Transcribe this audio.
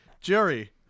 Jerry